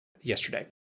yesterday